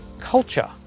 culture